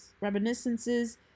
reminiscences